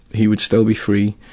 he would still be free.